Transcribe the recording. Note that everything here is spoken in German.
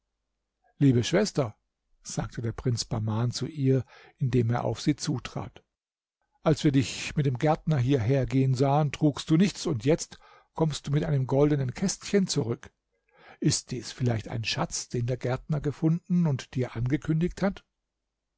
liebe schwester sagte der prinz bahman zu ihr indem er auf sie zutrat als wir dich mit dem gärtner hierhergehen sahen trugst du nichts und jetzt kommst du mit einem goldenen kästchen zurück ist dies vielleicht ein schatz den der gärtner gefunden und dir angekündigt hat